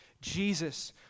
Jesus